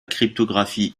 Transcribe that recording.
cryptographie